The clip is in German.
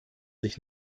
sich